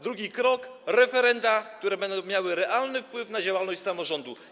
Drugi krok: referenda, które będą miały realny wpływ na działalność samorządu.